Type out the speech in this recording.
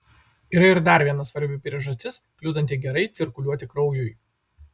yra ir dar viena svarbi priežastis kliudanti gerai cirkuliuoti kraujui